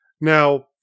Now